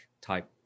type